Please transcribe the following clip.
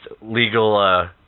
legal